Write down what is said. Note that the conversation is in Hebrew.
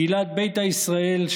קהילת ביתא ישראל,